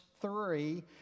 three